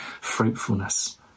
fruitfulness